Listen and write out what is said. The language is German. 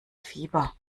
fieber